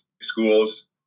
schools